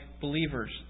believers